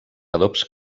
adobs